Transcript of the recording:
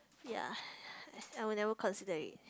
ya I will never consider it